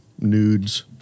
nudes